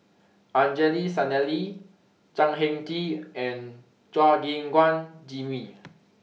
Angelo Sanelli Chan Heng Chee and Chua Gim Guan Jimmy